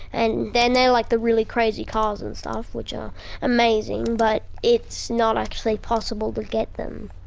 and then they're like the really crazy cars and stuff, which are amazing, but it's not actually possible to get them.